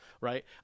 right